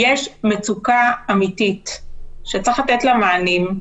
יש מצוקה אמיתית שצריך לתת לה מענים.